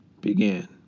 began